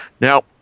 Now